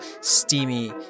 steamy